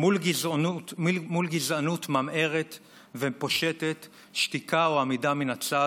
מול גזענות ממארת ופושטת, שתיקה או עמידה מן הצד